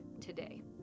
today